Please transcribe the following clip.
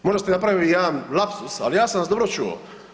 Možda ste napravili jedan lapsus, ali ja sam vas dobro čuo.